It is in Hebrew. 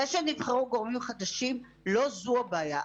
זה שנבחרו גורמים חדשים לא זו הבעיה.